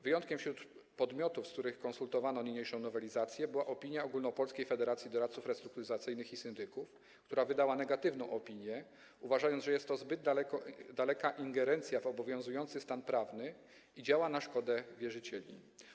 Wyjątkiem wśród opinii podmiotów, z którymi konsultowano niniejszą nowelizację, była opinia Ogólnopolskiej Federacji Doradców Restrukturyzacyjnych i Syndyków, która wydała negatywną opinię, uważając, że jest to zbyt daleka ingerencja w obowiązujący stan prawny i działa na szkodę wierzycieli.